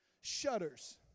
shudders